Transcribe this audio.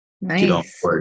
nice